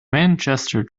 manchester